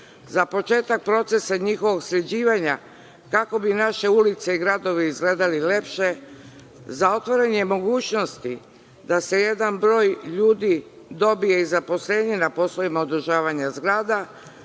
za početak procesa njihovog sređivanja, kako bi naše ulice i gradovi izgledali lepše, za otvaranje mogućnosti da se jedan broj ljudi dobije i zaposlenje na poslovima održavanja zgrada,